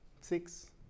six